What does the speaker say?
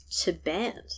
Tibet